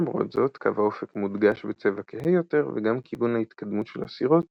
למרות זאת קו האופק מודגש בצבע כהה יותר וגם כיוון ההתקדמות של הסירות